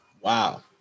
Wow